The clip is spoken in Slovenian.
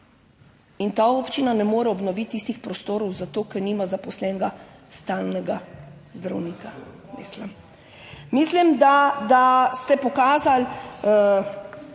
in ta občina ne more obnoviti tistih prostorov, zato, ker nima zaposlenega stalnega zdravnika. Mislim. Mislim, da ste pokazali